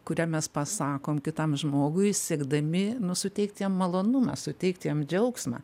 kurią mes pasakom kitam žmogui siekdami nu suteikti jam malonumą suteikti jam džiaugsmą